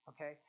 okay